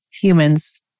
humans